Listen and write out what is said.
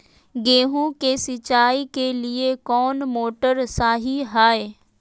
गेंहू के सिंचाई के लिए कौन मोटर शाही हाय?